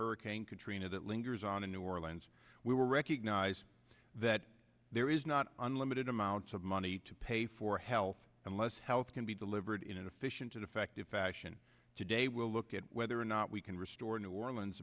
hurricane katrina that lingers on in new orleans we will recognize that there is not unlimited amounts of money to pay for health unless health can be delivered in an efficient and effective fashion today we'll look at whether or not we can restore new orleans